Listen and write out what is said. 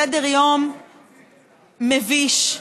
סדר-יום מביש.